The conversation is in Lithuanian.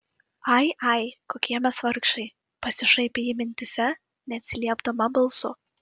ai ai kokie mes vargšai pasišaipė ji mintyse neatsiliepdama balsu